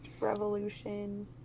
revolution